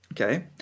Okay